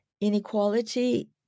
inequality